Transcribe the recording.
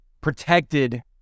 protected